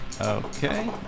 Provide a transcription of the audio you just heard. Okay